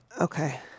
Okay